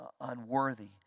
unworthy